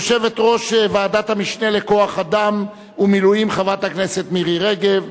יושבת-ראש ועדת המשנה לכוח-אדם ומילואים חברת הכנסת מירי רגב,